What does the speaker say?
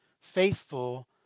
faithful